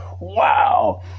Wow